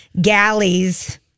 galleys